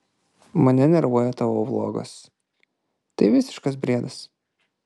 mane nervuoja tavo vlogas tai visiškas briedas